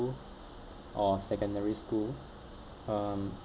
or secondary school um